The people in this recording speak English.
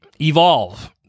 evolve